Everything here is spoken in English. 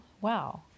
Wow